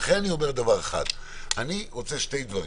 אני רוצה שני דברים,